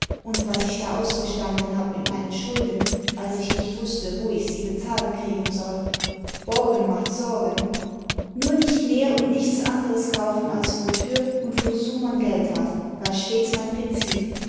und was ich da ausgestanden hab nüt meinen schulden als ich nicht wußte wo ich sie bezahlt kriegen soll borgen macht sorgen nur nicht mehr und nichts anderes kaufen als wofür und wozu man geld hat war stets mein prinzip